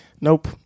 Nope